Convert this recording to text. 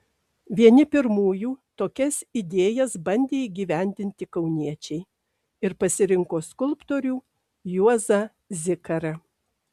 vieni pirmųjų tokias idėjas bandė įgyvendinti kauniečiai ir pasirinko skulptorių juozą zikarą